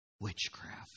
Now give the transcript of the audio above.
witchcraft